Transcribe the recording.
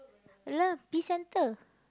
I know Peace-Centre